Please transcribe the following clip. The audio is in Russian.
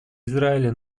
израиля